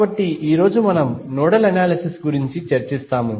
కాబట్టి ఈ రోజు మనం నోడల్ అనాలిసిస్ గురించి చర్చిస్తాము